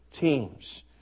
teams